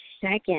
second